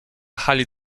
hali